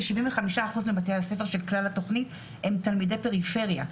כ-75% מבתי הספר של כלל התכנית הם תלמידי פריפריה.